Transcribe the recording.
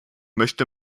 möchte